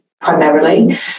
primarily